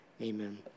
amen